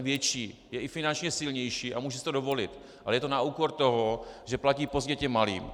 Větší je i finančně silnější a může si to dovolit, ale je to na úkor toho, že platí pozdě malým.